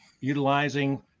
utilizing